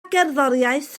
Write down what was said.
gerddoriaeth